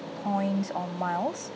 points or miles